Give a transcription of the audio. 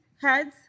heads